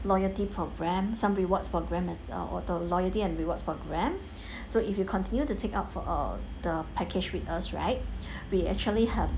loyalty program some rewards program uh or the loyalty and rewards program so if you continue to take up for uh the package with us right we actually have